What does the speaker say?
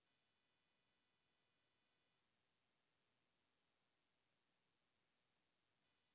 rake एक तरह के उपकरण ह जावना के इस्तेमाल खर पतवार चाहे पतई के बटोरे खातिर कईल जाला